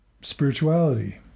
spirituality